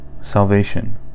Salvation